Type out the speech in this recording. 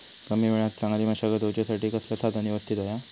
कमी वेळात चांगली मशागत होऊच्यासाठी कसला साधन यवस्तित होया?